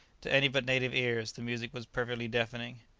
to any but native ears the music was perfectly deafening.